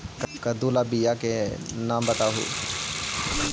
कददु ला बियाह के नाम बताहु?